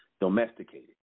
domesticated